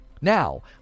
Now